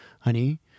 honey